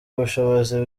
ubushobozi